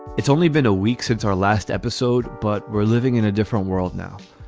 it's only been a week since our last episode. but we're living in a different world now.